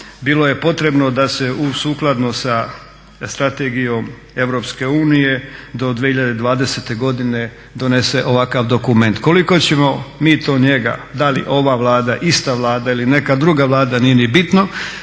bilo je potrebno da se sukladno sa Strategijom Europske unije do 2020. godine donese ovakav dokument. Koliko ćemo mi to njega, da li ova Vlada, ista Vlada ili neka druga Vlada nije ni bitno,